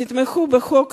תתמכו בחוק,